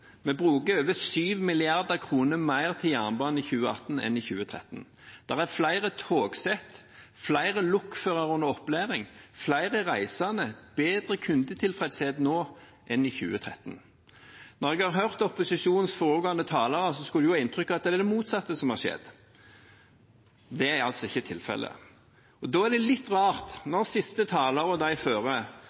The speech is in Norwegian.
Vi bruker over 7 mrd. kr mer på jernbanen i 2018 enn i 2013. Det er flere togsett, flere lokførere under opplæring, flere reisende og bedre kundetilfredshet nå enn i 2013. Etter å ha hørt opposisjonens talere kunne en få inntrykk av at det er det motsatte som har skjedd. Det er altså ikke tilfellet. Det er litt rart at siste taler og de